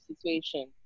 situation